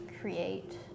create